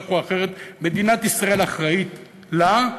כך או אחרת מדינת ישראל אחראית לה,